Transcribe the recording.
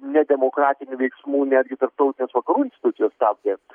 nedemokratinių veiksmų netgi tarptautinės vakarų institucijos stabdė